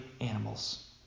animals